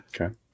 Okay